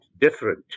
different